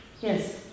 Yes